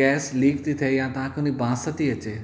gas leak थी थिए या तव्हांखे उन ई बांस थी अचे